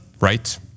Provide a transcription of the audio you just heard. right